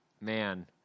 Man